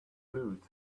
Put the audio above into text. loot